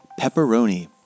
pepperoni